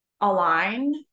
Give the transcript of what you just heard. align